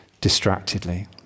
distractedly